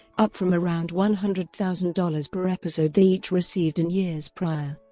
up from around one hundred thousand dollars per episode they each received in years prior.